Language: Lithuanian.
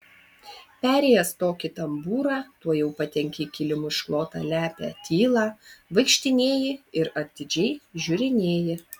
perėjęs tokį tambūrą tuojau patenki į kilimu išklotą lepią tylą vaikštinėji ir atidžiai žiūrinėji